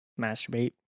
masturbate